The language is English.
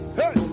hey